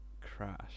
crash